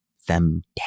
someday